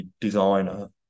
designer